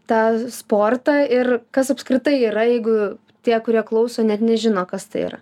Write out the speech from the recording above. tą sportą ir kas apskritai yra jeigu tie kurie klauso net nežino kas tai yra